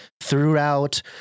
throughout